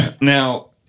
Now